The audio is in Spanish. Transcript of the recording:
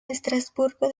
estrasburgo